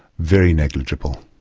very negligible.